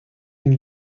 been